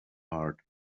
heart